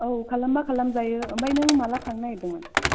औ खालामबा खालाम जायो ओमफ्राय नों माब्ला थांनो नागिरदोंमोन